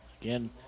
Again